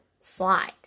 slide